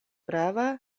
prava